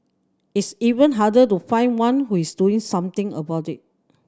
it's even harder to find one who is doing something about it